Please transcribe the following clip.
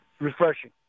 Refreshing